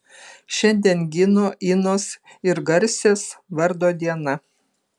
šiandien gino inos ir garsės vardo diena